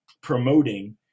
promoting